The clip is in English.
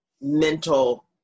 mental